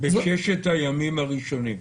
בששת הימים הראשונים.